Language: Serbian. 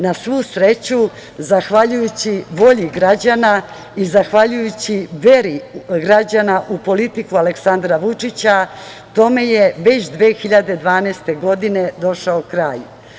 Na svu sreću, zahvaljujući volji građana i zahvaljujući veri građana u politiku Aleksandra Vučića tome je već 2012. godine došao kraj.